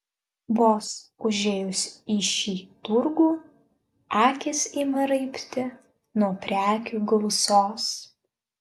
vos užėjus į šį turgų akys ima raibti nuo prekių gausos